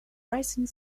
rising